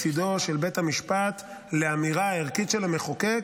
קשב מצידו של בית המשפט לאמירה הערכית של המחוקק,